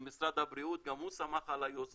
ממשרד הבריאות, גם הוא שמח על היוזמה